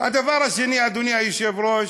הדבר השני, אדוני היושב-ראש,